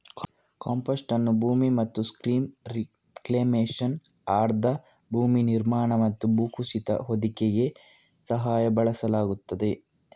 compost ಅನ್ನು ಭೂಮಿ ಮತ್ತು ಸ್ಟ್ರೀಮ್ ರಿಕ್ಲೇಮೇಶನ್, ಆರ್ದ್ರ ಭೂಮಿ ನಿರ್ಮಾಣ ಮತ್ತು ಭೂಕುಸಿತದ ಹೊದಿಕೆಗೆ ಸಹ ಬಳಸಬಹುದು